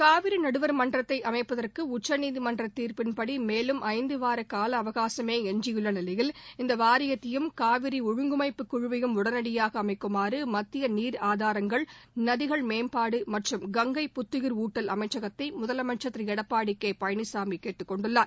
காவிரி நடுவர்மன்றத்தை அமைப்பதற்கு உச்சநீதிமன்ற தீர்ப்பின்படி மேலும் ஐந்து வார கால அவகாசமே எஞ்சியுள்ள நிலையில் இந்த வாரியத்தையும் காவிரி ஒழுங்கமைப்பு குழுவையும் உடனடியாக அமைக்குமாறு மத்திய நீர் ஆதாரங்கள் நதிகள் மேம்பாடு மற்றும் கங்கை புத்தயிர் ஊட்டல் அமைச்சகத்தை முதலமைச்சர் திரு எடப்பாடி கே பழனிசாமி கேட்டுக்கொண்டுள்ளார்